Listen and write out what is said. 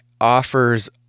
Offers